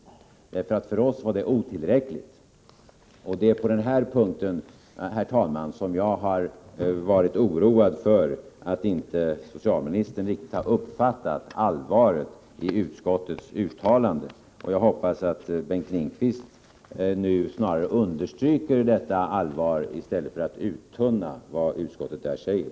För oss var det otillräckligt. Det är på den här punkten, herr talman, som jag har varit oroad för att inte socialministern har uppfattat allvaret i utskottets uttalande. Jag hoppas att Bengt Lindqvist snarare understryker detta allvar än uttunnar vad utskottet säger.